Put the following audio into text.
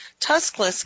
tuskless